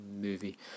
movie